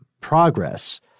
progress